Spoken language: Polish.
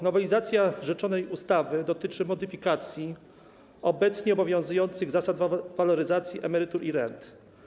Nowelizacja rzeczonej ustawy dotyczy modyfikacji obecnie obowiązujących zasad waloryzacji emerytur i rent.